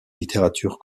littérature